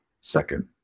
second